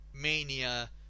Mania